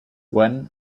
when